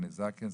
דני זקן,